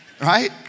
right